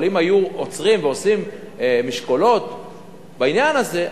אבל אם היו עוצרים ועושים משקולות בעניין הזה,